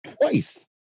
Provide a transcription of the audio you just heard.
twice